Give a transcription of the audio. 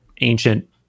ancient